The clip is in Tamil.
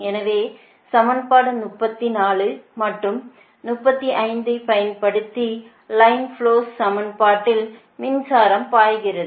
எனவே சமன்பாடு 34 மற்றும் 35 ஐப் பயன்படுத்திலைன் ஃபுளோஸ் சமன்பாட்டில் மின்சாரம் பாய்கிறது